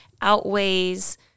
outweighs